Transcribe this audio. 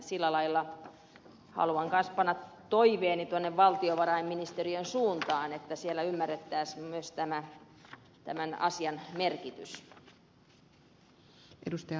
sillä lailla haluan kanssa panna toiveeni tuonne valtiovarainministeriön suuntaan että siellä ymmärrettäisiin myös tämän asian merkitys